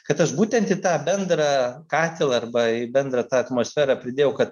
kad aš būtent į tą bendrą katilą arba į bendrą tą atmosferą pridėjau kad